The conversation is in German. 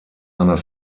einer